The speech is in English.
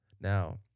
Now